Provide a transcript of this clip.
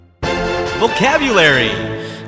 Vocabulary